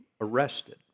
arrested